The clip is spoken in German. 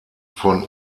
von